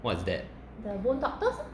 what's that